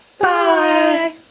bye